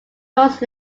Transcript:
doris